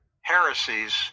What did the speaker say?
heresies